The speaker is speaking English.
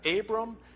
Abram